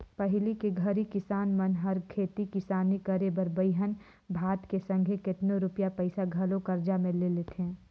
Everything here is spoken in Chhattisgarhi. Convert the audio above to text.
पहिली के घरी किसान मन हर खेती किसानी करे बर बीहन भात के संघे केतनो रूपिया पइसा घलो करजा में ले लेथें